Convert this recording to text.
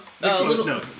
no